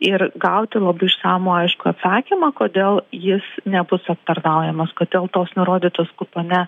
ir gauti labai išsamų aiškų atsakymą kodėl jis nebus aptarnaujamas kod ėl tos nurodytos kupone